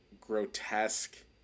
grotesque